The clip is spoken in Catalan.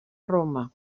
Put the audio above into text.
roma